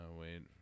wait